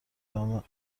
دام